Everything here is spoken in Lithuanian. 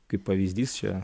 kaip pavyzdys čia